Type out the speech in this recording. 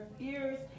ears